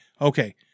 okay